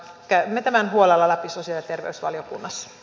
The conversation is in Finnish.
käymme tämän huolella läpi sosiaali ja terveysvaliokunnassa